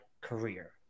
career